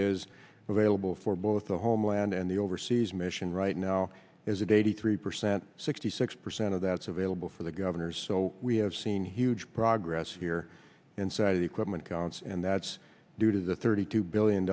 is available for both the homeland and the overseas mission right now is eighty three percent sixty six percent of that's available for the governors so we have seen huge progress here inside the equipment counts and that's due to the thirty two billion